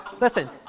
Listen